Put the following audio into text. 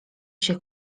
się